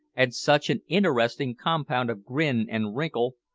and such an interesting compound of grin and wrinkle,